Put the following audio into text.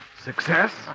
success